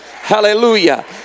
Hallelujah